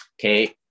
okay